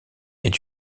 est